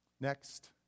Next